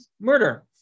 murder